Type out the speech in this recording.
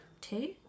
Two